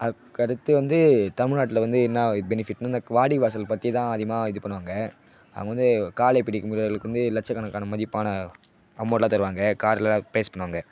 அ அதுக்கு அடுத்து வந்து தமிழ்நாட்டில் வந்து என்னா பெனிஃபிட்னா இந்த வாடிவாசல் பற்றிதான் அதிகமாக இது பண்ணுவாங்க அவுங்க வந்து காளைப் பிடிக்கும் வீரர்களுக்கு வந்து லட்சக்கணக்கான மதிப்பான அமௌண்ட்லாம் தருவாங்க கார்லாம் ப்ரைஸ் பண்ணுவாங்க